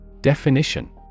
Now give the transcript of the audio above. Definition